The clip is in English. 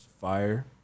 fire